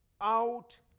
out